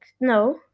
No